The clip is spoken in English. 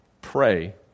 Pray